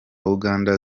uganda